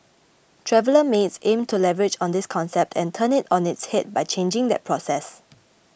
Traveller Mates aims to leverage on this concept and turn it on its head by changing that process